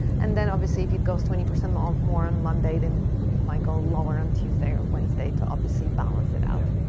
and then obviously if it goes twenty percent um more on monday, then it might go lower on tuesday or wednesday to obviously balance it out.